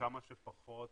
שכמה שפחות